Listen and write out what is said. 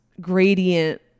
gradient